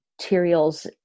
materials